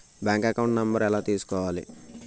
Bank account number ఎలా తీసుకోవాలి?